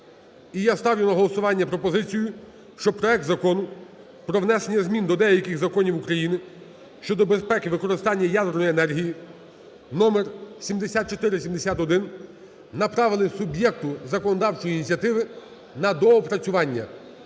І я ставлю на голосування пропозицію, що проект Закону про внесення змін до деяких законів України щодо безпеки використання ядерної енергії (№ 7471) направили суб'єкту законодавчої ініціативи на доопрацювання.